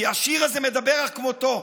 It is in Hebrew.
כי השיר הזה מדבר כמותו.